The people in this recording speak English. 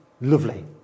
Lovely